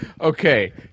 Okay